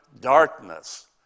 darkness